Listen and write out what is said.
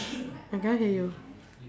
I cannot hear you